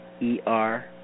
E-R